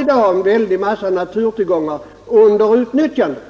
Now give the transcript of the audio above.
i dag har en väldig massa naturtillgångar under utnyttjande.